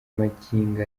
magingo